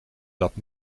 dat